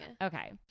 Okay